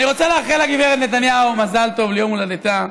אני רוצה לאחל לגברת נתניהו מזל טוב ליום הולדתה.